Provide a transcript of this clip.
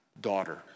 daughter